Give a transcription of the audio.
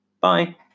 Bye